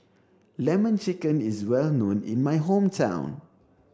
lemon chicken is well known in my hometown